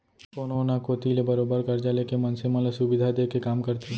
कोनो न कोती ले बरोबर करजा लेके मनसे मन ल सुबिधा देय के काम करथे